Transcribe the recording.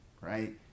right